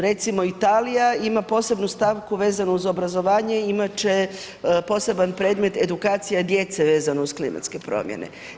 Recimo Italija ima posebnu stavku vezanu uz obrazovanje imati će poseban predmet edukacija djece vezano uz klimatske promjene.